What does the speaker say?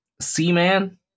Seaman